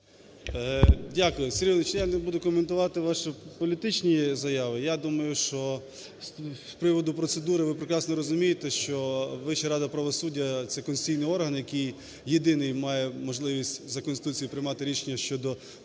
Дякую. Сергій Володимирович, я не буду коментувати ваші політичні заяви. Я думаю, що з приводу процедури ви прекрасно розумієте, що Вища рада правосуддя – це конституційний орган, який єдиний має можливість за Конституцію приймати рішення щодо